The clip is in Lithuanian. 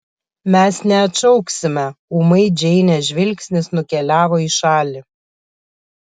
mes neatšauksime ūmai džeinės žvilgsnis nukeliavo į šalį